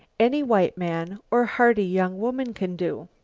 any white man or hearty young woman can do.